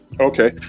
Okay